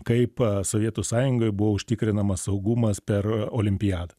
kaip sovietų sąjungoj buvo užtikrinamas saugumas per olimpiadą